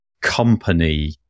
company